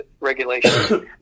regulations